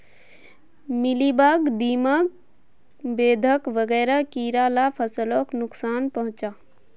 mealybug, दीमक, बेधक वगैरह कीड़ा ला फस्लोक नुक्सान पहुंचाः